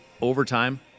overtime